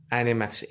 Animax